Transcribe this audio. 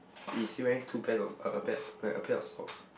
is he wearing two pairs of or a like a pair of socks